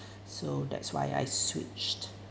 so that's why I switched